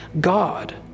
God